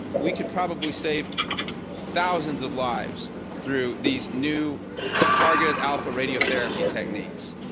we can probably save thousands of lives through these new targeted alpha radiotherapy techniques.